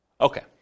Okay